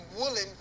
willing